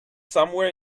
somewhere